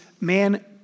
man